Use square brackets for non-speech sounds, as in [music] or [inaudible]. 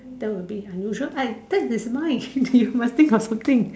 that would be unusual hey that is mine [laughs] you must think of something